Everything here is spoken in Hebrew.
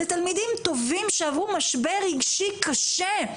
זה תלמידים טובים שעברו משבר רגשי קשה,